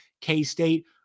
K-State